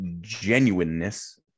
genuineness